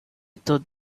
thought